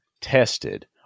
tested